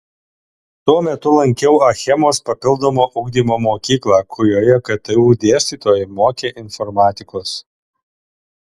tuo metu lankiau achemos papildomo ugdymo mokyklą kurioje ktu dėstytojai mokė informatikos